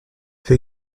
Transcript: peut